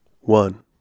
one